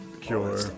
Cure